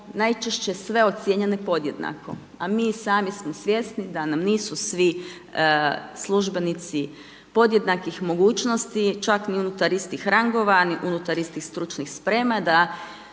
najčešće sve ocijenjene podjednako a mi i sami smo svjesni da nam nisu svi službenici podjednakih mogućnosti čak ni unutar istih rangova, niti unutar istih stručnih sprema, da